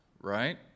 right